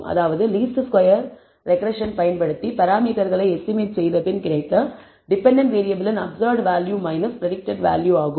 அதாவது least square regression பயன்படுத்தி பராமீட்டர்களை எஸ்டிமேட் செய்த பின் கிடைத்த டிபெண்டன்ட் வேறியபிளின் அப்சர்வ்ட் வேல்யூ பிரடிக்டட் வேல்யூ ஆகும்